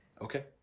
Okay